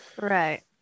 Right